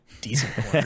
decent